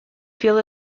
feel